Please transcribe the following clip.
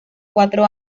cuatro